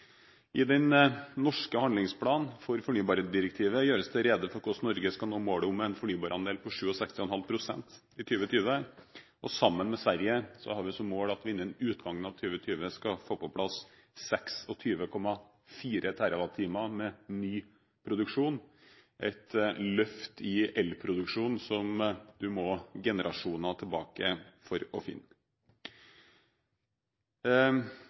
I den norske handlingsplanen for fornybardirektivet gjøres det rede for hvordan Norge skal nå målet om en fornybarandel på 67,5 pst. i 2020. Sammen med Sverige har vi som mål at vi innen utgangen av 2020 skal få på plass 26,4 TWh med ny produksjon, et løft i elproduksjonen som man må generasjoner tilbake for å finne.